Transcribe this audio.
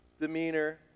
demeanor